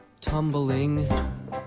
tumbling